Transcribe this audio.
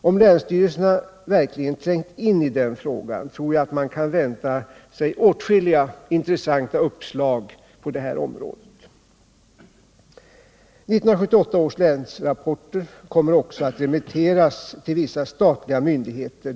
Om länsstyrelserna verkligen har trängt in i den frågan, tror jag att man kan vänta sig åtskilliga intressanta uppslag på detta område. 1978 års länsrapporter kommer också att remitteras till vissa statliga myndigheter.